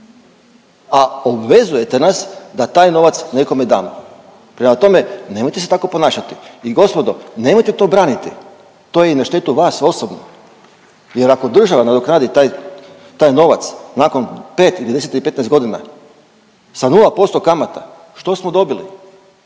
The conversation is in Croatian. a obvezujete nas da taj novac nekome damo. Prema tome, nemojte se tako ponašati. I gospodo, nemojte to braniti, to je i na štetu vas osobno. Jer ako država nadoknadit taj novac nakon 5 ili 10 ili 15 godina sa 0% kamata, što smo dobili?